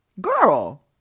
Girl